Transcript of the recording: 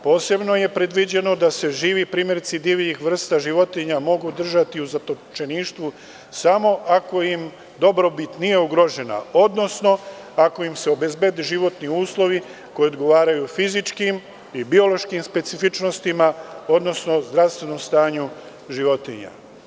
Posebno je predviđeno da se živi primerci divljih vrsta životinja mogu držati u zatočeništvu samo ako im dobrobit nije ugrožena, odnosno ako im se obezbede životni uslovi koji odgovaraju fizičkim i biološkim specifičnostima, odnosno zdravstvenom stanju životinja.